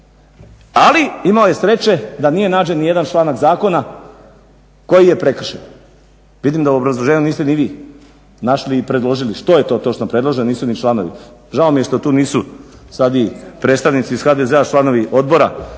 Ali imao je sreće da nije nađen ni jedan članak zakona koji je prekršen. Vidim da u obrazloženju niste ni vi našli i predložili što je to točno predloženo, nisu ni članovi. Žao mi je što tu nisu sad i predstavnici iz HDZ-a, članovi Odbora